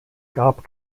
gab